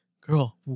girl